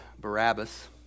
Barabbas